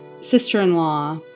sister-in-law